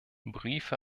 briefe